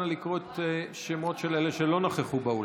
אנא לקרוא בשמות אלו שלא נכחו באולם.